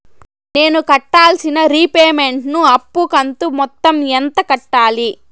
నేను కట్టాల్సిన రీపేమెంట్ ను అప్పు కంతు మొత్తం ఎంత కట్టాలి?